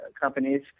companies